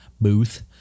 Booth